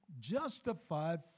justified